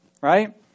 right